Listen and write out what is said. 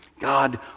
God